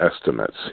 estimates